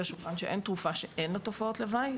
השולחן שאין תרופה שאין לה תופעות לוואי,